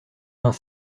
vingt